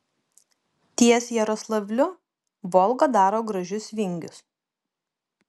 ties jaroslavliu volga daro gražius vingius